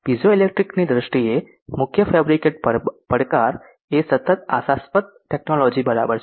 piezoelectric ની દ્રષ્ટિએ મુખ્ય ફેબ્રિકેટ પડકાર એ સતત આશાસ્પદ ટેકનોલોજી બરાબર છે